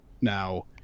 Now